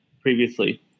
previously